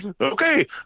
okay